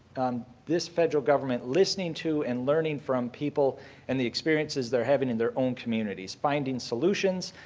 this federal government listening to and learning from people and the experiences they're having in their own communities, finding solutions,